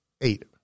Eight